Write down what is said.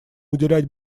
уделять